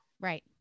Right